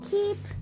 Keep